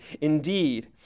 Indeed